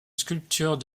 sculptures